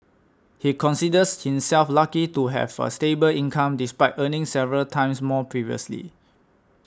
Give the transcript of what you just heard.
he considers himself lucky to have a stable income despite earning several times more previously